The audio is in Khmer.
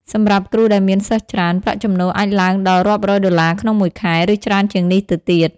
សម្រាប់គ្រូដែលមានសិស្សច្រើន ប្រាក់ចំណូលអាចឡើងដល់រាប់រយដុល្លារក្នុងមួយខែ ឬច្រើនជាងនេះទៅទៀត។